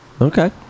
Okay